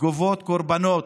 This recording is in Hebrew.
גובות קורבנות.